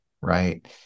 Right